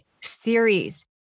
series